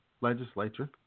legislature